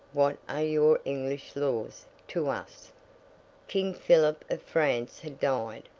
what are your english laws to us king philip of france had died,